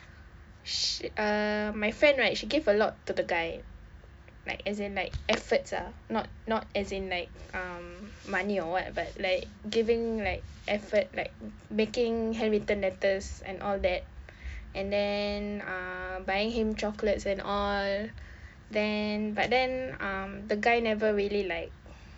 sh~ uh my friend right she gave a lot the guy like as in like efforts lah not not as in like um money or what but like giving like effort like making handwritten letters and all that and then um buying him chocolates and all then but then um the guy never really like